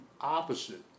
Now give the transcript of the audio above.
opposite